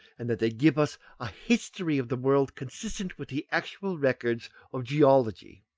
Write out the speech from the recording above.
and that they give us a history of the world consistent with the actual records of geology.